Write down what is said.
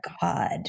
God